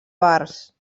bars